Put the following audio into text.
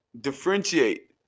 differentiate